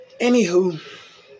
anywho